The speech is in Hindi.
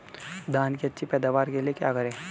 धान की अच्छी पैदावार के लिए क्या करें?